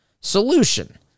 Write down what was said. solution